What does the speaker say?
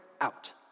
out